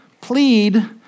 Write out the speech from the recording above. plead